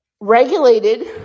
regulated